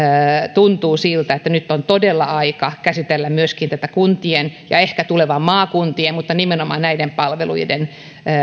tuntuu siltä että nyt on todella aika käsitellä myöskin tätä kuntien ja ehkä tulevien maakuntien mutta nimenomaan näiden palveluiden